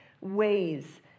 ways